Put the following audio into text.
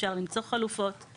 אפשר למצוא חלופות.